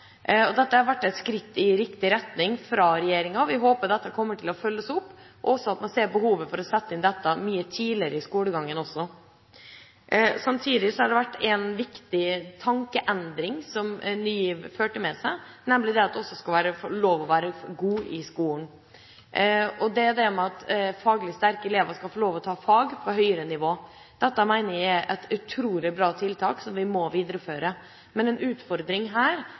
Dette har vært et skritt i riktig retning fra regjeringas side. Vi håper det vil bli fulgt opp, og at man også ser behovet for å sette inn dette mye tidligere i skolegangen. Samtidig har Ny GIV ført med seg en viktig tankeendring, nemlig at det også skal være lov til å være god på skolen. Det handler om at faglig sterke elever skal få lov til å ta fag på høyere nivå. Dette mener jeg er et utrolig bra tiltak, som vi må videreføre. Men en utfordring her